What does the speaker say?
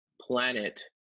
planet